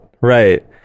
right